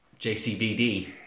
JCBD